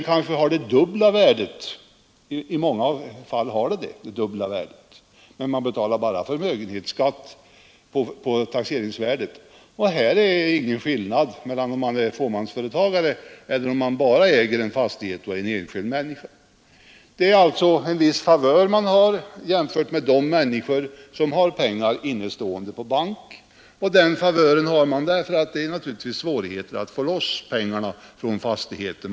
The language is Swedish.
I många fall har fastigheten det dubbla värdet, men man betalar bara förmögenhetsskatt på taxeringsvärdet. Härvidlag föreligger ingen skillnad mellan ett fåmansbolag och en enskild människa som bara äger en fastighet. Det är emellertid en viss favör man har vid jämförelse med de människor som har pengar innestående på bank. Den favören har man, därför att det naturligtvis är svårt att få loss pengarna ur fastigheten.